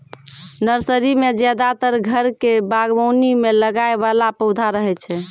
nursery मॅ ज्यादातर घर के बागवानी मॅ लगाय वाला पौधा रहै छै